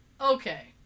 Okay